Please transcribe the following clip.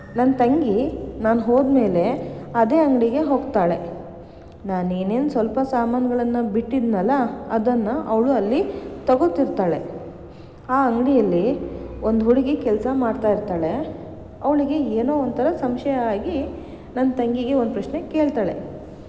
ನನ್ನ ತಂಗಿ ನಾನು ಹೋದಮೇಲೆ ಅದೇ ಅಂಗಡಿಗೆ ಹೋಗ್ತಾಳೆ ನಾನು ಏನೇನು ಸ್ವಲ್ಪ ಸಾಮಾನುಗಳನ್ನು ಬಿಟ್ಟಿದ್ದೆನಲ್ಲ ಅದನ್ನು ಅವಳು ಅಲ್ಲಿ ತಗೊತಿರ್ತಾಳೆ ಆ ಅಂಗಡಿಯಲ್ಲಿ ಒಂದು ಹುಡುಗಿ ಕೆಲಸ ಮಾಡ್ತಾ ಇರ್ತಾಳೆ ಅವಳಿಗೆ ಏನೋ ಒಂಥರ ಸಂಶಯ ಆಗಿ ನನ್ನ ತಂಗಿಗೆ ಒಂದು ಪ್ರಶ್ನೆ ಕೇಳ್ತಾಳೆ